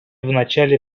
вначале